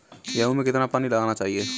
गेहूँ में कितना पानी लगाना चाहिए?